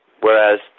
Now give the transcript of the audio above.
whereas